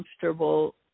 comfortable